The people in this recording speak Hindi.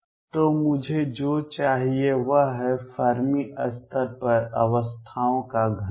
तो मुझे जो चाहिए वह है फर्मी स्तर पर अवस्थाओं का घनत्व